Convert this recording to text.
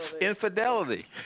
infidelity